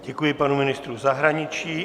Děkuji panu ministrovi zahraničí.